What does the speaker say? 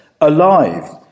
alive